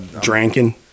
drinking